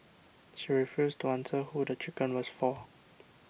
she refused to answer who the chicken was for